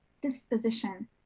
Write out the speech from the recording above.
disposition